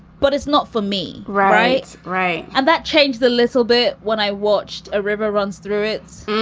but it's not for me. right. right. and that changed a little bit when i watched a river runs through its